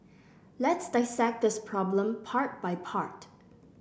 let's dissect this problem part by part